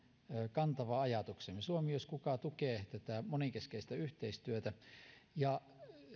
kantava ajatuksemme suomi jos kuka tukee tätä monenkeskistä yhteistyötä ja